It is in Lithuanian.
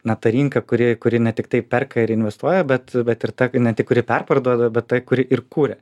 na ta rinka kuri kuri ne tiktai perka ir investuoja bet bet ir ta ne tik kuri perparduoda bet ta kuri ir kuria